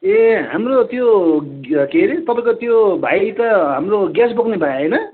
ए हाम्रो त्यो के अरे तपाईँको त्यो भाइ त हाम्रो ग्यास बोक्ने भाइ होइन